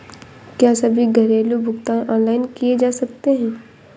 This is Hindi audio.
क्या सभी घरेलू भुगतान ऑनलाइन किए जा सकते हैं?